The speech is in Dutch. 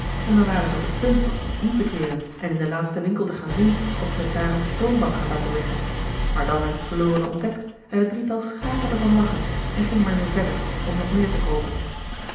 en dan waren zij op het punt van om te keeren en in den laatsten winkel te gaan zien of zij het daar op de toonbank had laten leggen maar dan werd het verlorene ontdekt en het drietal schaterde van lachen en ging maar weer verder om nog meer te koopen